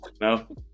No